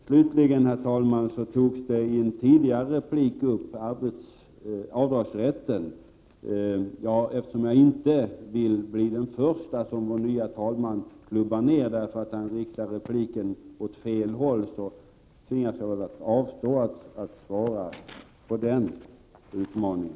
Slutligen, herr talman, var det så att man i en tidigare replik tog upp avdragsrätten. Eftersom jag inte vill bli den förste som vår nye talman ”klubbar ner” för att ha riktat repliken åt fel håll, så tvingas jag avstå från att svara på den utmaningen.